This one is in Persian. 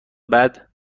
بعد